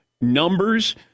numbers